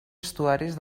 estuaris